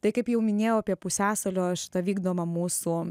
tai kaip jau minėjau apie pusiasalio šitą vykdomą mūsų